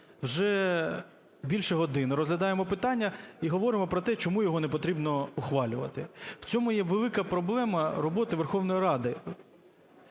вже більше години розглядаємо питання і говоримо про те чому його не потрібно ухвалювати. В цьому є велика проблема роботи Верховної Ради.